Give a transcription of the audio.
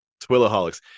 Twilaholics